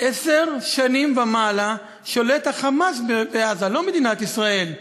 עשר שנים ומעלה שולט ה"חמאס" בעזה ולא מדינת ישראל.